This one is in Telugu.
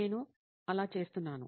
నేను అలా చేస్తున్నాను